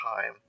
time